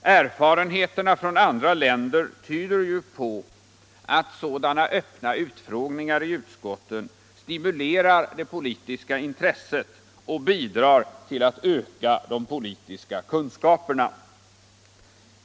Erfarenheterna från andra länder tyder ju på att sådana öppna utfrågningar i utskotten stimulerar det politiska intresset och bidrar till att öka de politiska kunskaperna hos allmänheten.